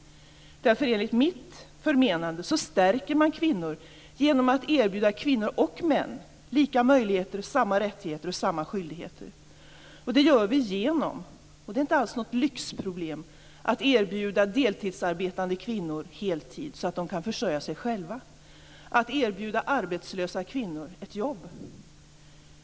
Enligt mitt förmenande stärker man kvinnor genom att erbjuda kvinnor och män lika möjligheter, samma rättigheter och samma skyldigheter. Det gör vi genom att erbjuda deltidsarbetande kvinnor heltid, så att de kan försörja sig själva. Vi erbjuder arbetslösa kvinnor ett jobb. Det är inte alls något lyxproblem.